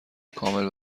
کامل